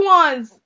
ones